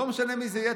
לא משנה מי זה יהיה,